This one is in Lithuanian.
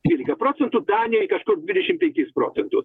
dvylika procentų danijoj kažkur dvidešimt penkiais procentų